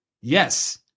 yes